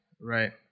Right